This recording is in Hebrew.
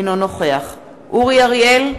אינו נוכח אורי אריאל,